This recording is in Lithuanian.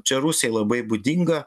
čia rusijai labai būdinga